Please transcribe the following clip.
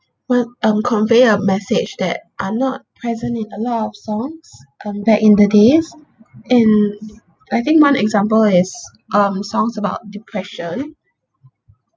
what um convey a message that are not present in a lot of songs um back in the days and I think one example is um songs about depression